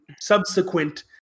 subsequent